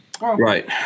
right